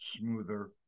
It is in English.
smoother